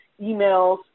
emails